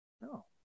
No